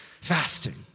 Fasting